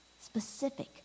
specific